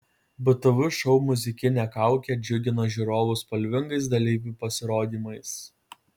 btv šou muzikinė kaukė džiugina žiūrovus spalvingais dalyvių pasirodymais